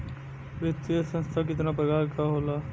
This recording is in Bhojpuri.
वित्तीय संस्था कितना प्रकार क होला?